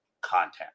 content